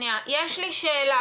יש לי שאלה.